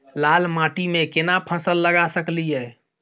लाल माटी में केना फसल लगा सकलिए?